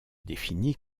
définit